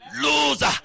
loser